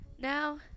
Now